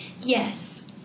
Yes